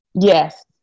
Yes